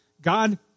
God